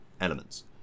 elements